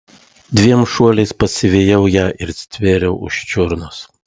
dviem šuoliais pasivijau ją ir stvėriau už čiurnos